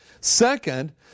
Second